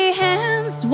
hands